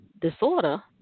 disorder